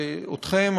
ואתכם,